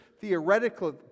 theoretically